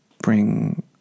bring